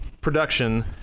production